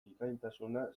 bikaintasuna